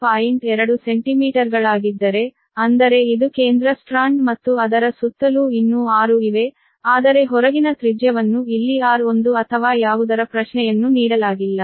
2 ಸೆಂಟಿಮೀಟರ್ಗಳಾಗಿದ್ದರೆ ಅಂದರೆ ಇದು ಕೇಂದ್ರ ಸ್ಟ್ರಾಂಡ್ ಮತ್ತು ಅದರ ಸುತ್ತಲೂ ಇನ್ನೂ 6 ಇವೆ ಆದರೆ ಹೊರಗಿನ ತ್ರಿಜ್ಯವನ್ನು ಇಲ್ಲಿ r1 ಅಥವಾ ಯಾವುದರ ಪ್ರಶ್ನೆಯನ್ನು ನೀಡಲಾಗಿಲ್ಲ